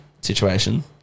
situation